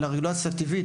ולא רגולציה שלנו,